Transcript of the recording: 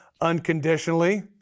unconditionally